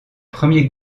premier